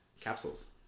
capsules